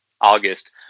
August